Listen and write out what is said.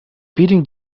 beating